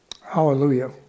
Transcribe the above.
Hallelujah